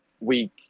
week